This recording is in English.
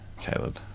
Caleb